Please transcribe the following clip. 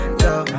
go